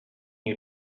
you